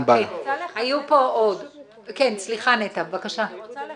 אני רוצה לחדד.